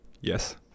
yes